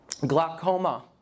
Glaucoma